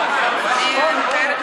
רגע,